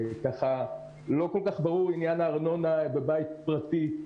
לא כל כך ברור עניין הארנונה בבית פרטי,